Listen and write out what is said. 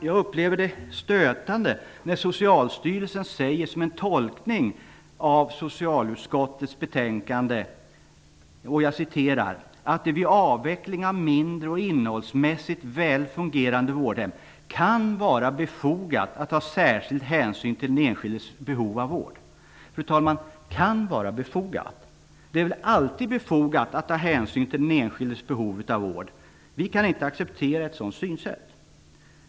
Jag upplever det som stötande när Socialstyrelsen som en tolkning av socialutskottets betänkande säger: "- att det vid avveckling av mindre och innehållsmässigt välfungerande vårdhem kan vara befogat att ta särskild hänsyn till den enskildes behov av vård". Kan var befogat? Det är väl alltid befogat att ta hänsyn till den enskildes behov av vård, fru talman! - Vi kan inte acceptera ett sådant synsätt.